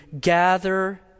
gather